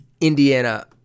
Indiana